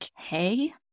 okay